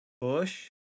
...push